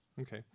Okay